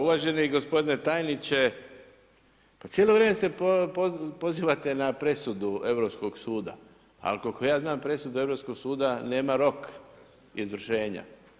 Uvaženi gospodine tajniče, pa cijelo se vrijeme pozivate na presudu Europskog suda ali koliko ja znam, presuda Europskog suda nema rok izvršenja.